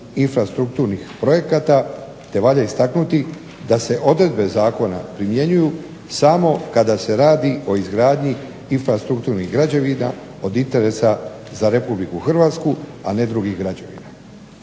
infrastrukturnih projekata, te valja istaknuti da se odredbe zakona primjenjuju samo kada se radi o izgradnji infrastrukturnih građevina od interesa za RH a ne drugih građevina.